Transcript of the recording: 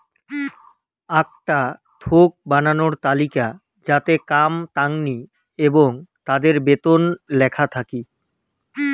আকটা থোক বানানো তালিকা যাতে কাম তাঙনি এবং তাদের বেতন লেখা থাকি